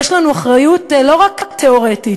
יש לנו אחריות לא רק תיאורטית,